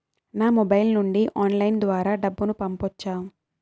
నా మొబైల్ నుండి ఆన్లైన్ ద్వారా డబ్బును పంపొచ్చా